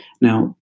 Now